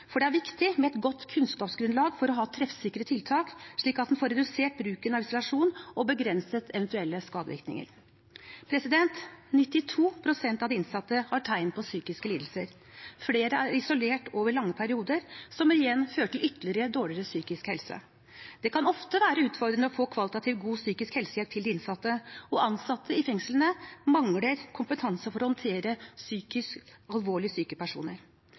godt kunnskapsgrunnlag for å ha treffsikre tiltak, slik at en får redusert bruken av isolasjon og begrenset eventuelle skadevirkninger. 92 pst. av de innsatte har tegn på psykiske lidelser. Flere er isolert over lange perioder, noe som igjen fører til ytterligere dårlig psykisk helse. Det kan ofte være utfordrende å få kvalitativt god psykisk helsehjelp til de innsatte, og ansatte i fengslene mangler kompetanse for å håndtere alvorlig psykisk syke personer.